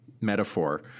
metaphor